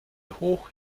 hoch